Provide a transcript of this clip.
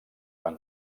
van